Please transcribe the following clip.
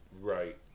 Right